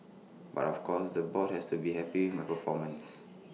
but of course the board has to be happy with my performance